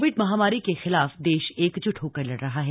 Covid महामारी के खिलाफ देश एकजुट होकर लड़ रहा है